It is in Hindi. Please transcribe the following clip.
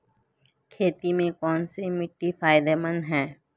खेती में कौनसी मिट्टी फायदेमंद है?